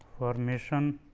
formation